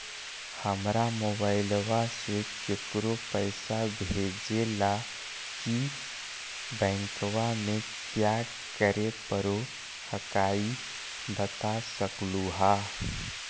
हमरा मोबाइलवा से केकरो पैसा भेजे ला की बैंकवा में क्या करे परो हकाई बता सकलुहा?